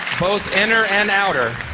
both inner and outer.